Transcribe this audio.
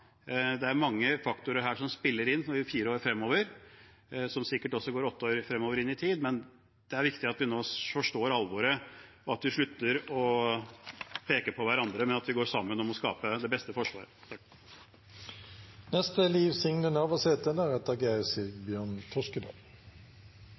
mange faktorer spiller inn i fire år fremover, som sikkert også går åtte år fremover i tid, men det er viktig at vi nå forstår alvoret, at vi slutter å peke på hverandre, og at vi går sammen om å skape det beste Forsvaret.